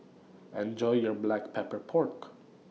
Enjoy your Black Pepper Pork